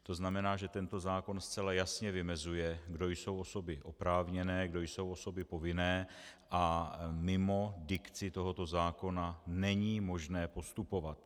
To znamená, že tento zákon zcela jasně vymezuje, kdo jsou osoby oprávněné, kdo jsou osoby povinné, a mimo dikci tohoto zákona není možné postupovat.